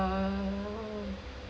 err